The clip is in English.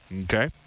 Okay